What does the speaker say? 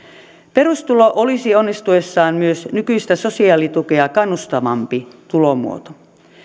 perustulo olisi onnistuessaan myös nykyistä sosiaalitukea kannustavampi tulomuoto